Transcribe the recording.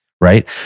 right